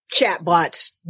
chatbots